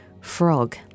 frog